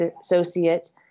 associate